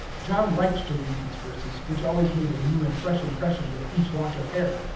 john liked to read these verses, which always made a new and fresh impression with each lock of hair,